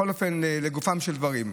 בכל אופן, לגופם של דברים,